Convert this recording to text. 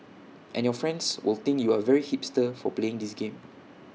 and your friends will think you are very hipster for playing this game